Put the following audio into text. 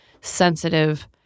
sensitive